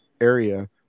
area